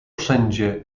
wszędzie